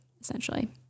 essentially